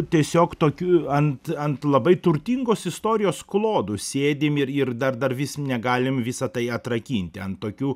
tiesiog tokių ant ant labai turtingos istorijos klodų sėdim ir ir dar dar vis negalim visą tai atrakinti ant tokių